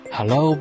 Hello